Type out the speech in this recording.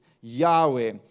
Yahweh